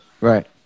Right